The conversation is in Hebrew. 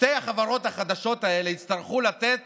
שתי החברות החדשות האלה יצטרכו לתת